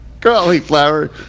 cauliflower